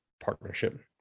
partnership